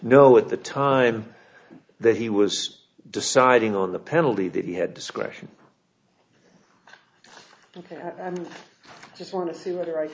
know at the time that he was deciding on the penalty that he had discretion and i just want to see whether i